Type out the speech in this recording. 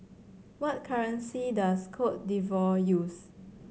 what currency does Cote D'Ivoire use